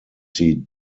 sie